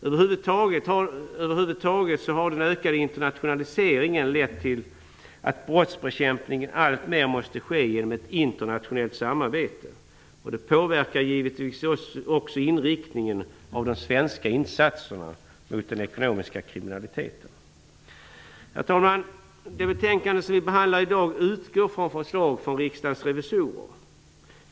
Över huvud taget har den ökande internationaliseringen lett till att brottsbekämpningen alltmer måste ske genom ett internationellt samarbete, och det påverkar givetvis också inriktningen av de svenska insatserna mot den ekonomiska kriminaliteten. Herr talman! Det betänkande som vi behandlar i dag utgår från ett förslag från Riksdagens revisorer.